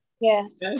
Yes